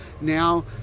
Now